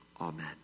Amen